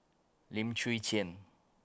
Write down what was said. Lim Chwee Chian